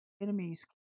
enemies